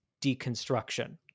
deconstruction